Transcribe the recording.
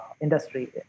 industry